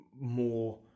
more